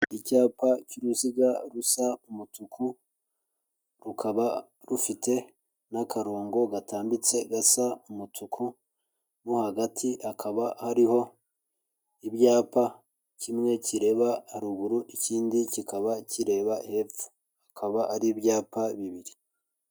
Icyapa cy'uruziga rusa umutuku rukaba rufite n'akarongo gatambitse gasa umutuku, mo hagati hakaba hariho ibyapa kimwe kireba haruguru ikindi kikaba kireba hepfo akaba ari ibyapa bibiri.